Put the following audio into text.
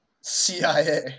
CIA